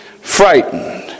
frightened